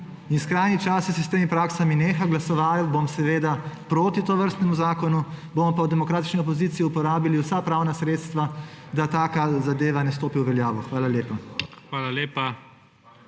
Skrajni čas je, da se s temi praksami neha. Glasoval bom proti tovrstnemu zakonu, bomo pa v demokratični opoziciji uporabili vsa pravna sredstva, da taka zadeva ne stopi v veljavo. Hvala lepa.